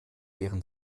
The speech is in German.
wären